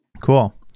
cool